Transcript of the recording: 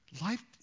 life